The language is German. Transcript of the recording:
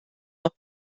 noch